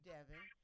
Devin